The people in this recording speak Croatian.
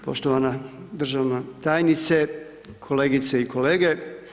Poštovana državna tajnice, kolegice i kolege.